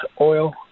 Oil